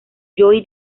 joy